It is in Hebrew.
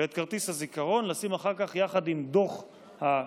ואת כרטיס הזיכרון לשים אחר כך יחד עם דוח הקלפי,